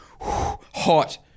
hot